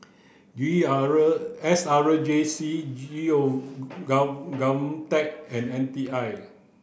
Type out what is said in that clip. S R J C G O and N T I